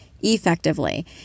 effectively